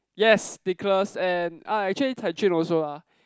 yes because and ah actually Tai-Jun also ah